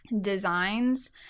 designs